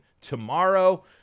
tomorrow